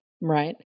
right